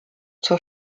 zur